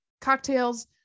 cocktails